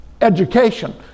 education